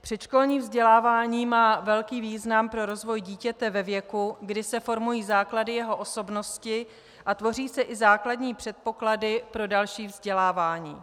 Předškolní vzdělávání má velký význam pro rozvoj dítěte ve věku, kdy se formují základy jeho osobnosti a tvoří se i základní předpoklady pro další vzdělávání.